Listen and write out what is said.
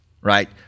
Right